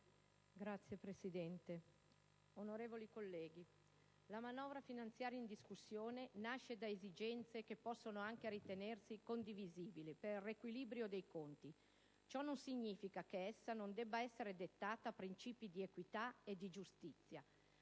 Signor Presidente, la manovra finanziaria in discussione nasce da esigenze che possono anche ritenersi condivisibili per il riequilìbrio dei conti. Ciò non significa che essa non debba essere dettata a principi di equità e giustizia.